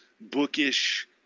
bookish